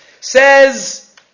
Says